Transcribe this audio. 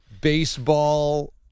baseball